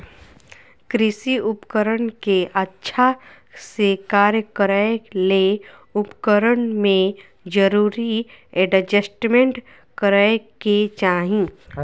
कृषि उपकरण के अच्छा से कार्य करै ले उपकरण में जरूरी एडजस्टमेंट करै के चाही